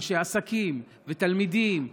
אנשי עסקים ותלמידים ולומדים,